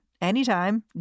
anytime